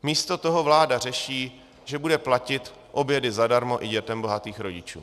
Místo toho vláda řeší, že bude platit obědy zadarmo i dětem bohatých rodičů.